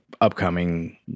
upcoming